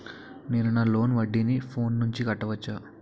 నేను నా లోన్ వడ్డీని ఫోన్ నుంచి కట్టవచ్చా?